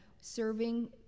serving